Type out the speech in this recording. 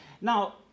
Now